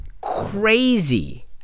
crazy